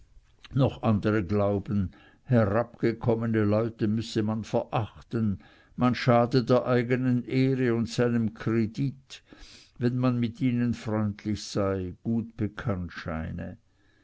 noch andere glauben herabgekommene leute müsse man verachten man schade der eigenen ehre und seinem kredit wenn man mit ihnen freundlich sei gut bekannt scheine